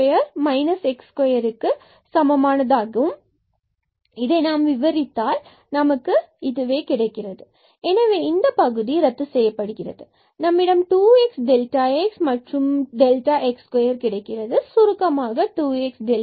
x2 இதனை நான் விவரித்தால் x2x22xx x2 கிடைக்கிறது எனவே இந்தப் பகுதியை ரத்து செய்யப்படுகிறது நம்மிடம் 2xx and x2 கிடைக்கிறது சுருக்கமாக நம்மிடம் 2xx